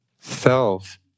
Self